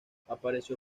apareció